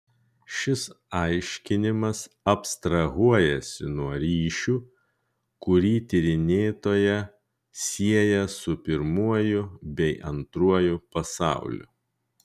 šis aiškinimas abstrahuojasi nuo ryšių kurį tyrinėtoją sieja su pirmuoju bei antruoju pasauliu